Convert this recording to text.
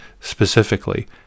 specifically